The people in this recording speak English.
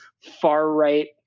far-right